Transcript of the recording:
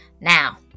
Now